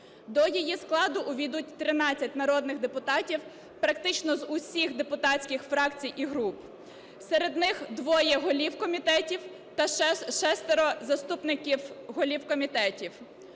До її складу ввійдуть 13 народних депутатів практично з усіх депутатських фракцій і груп. Серед них 2 голів комітетів та 6 заступників голів комітетів.